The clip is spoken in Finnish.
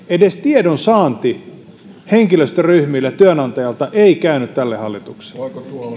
edes tiedon saanti työnantajalta henkilöstöryhmille ei käynyt tälle hallitukselle